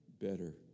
better